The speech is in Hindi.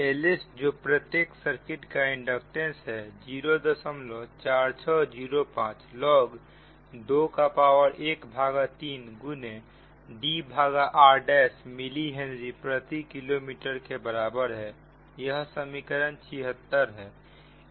Lsजो प्रत्येक सर्किट का इंडक्टेंस है 04605 log 2 का पावर ⅓ गुने Dr' मिली हेनरी प्रति किलोमीटर के बराबर है यह समीकरण 76 है